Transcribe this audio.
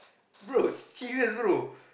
bro serious bro